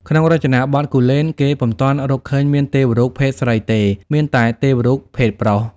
ក្នុងរចនាបថគូលែន គេពុំទាន់រកឃើញមានទេវរូបភេទស្រីទេ មានតែទេវរូបភេទប្រុស។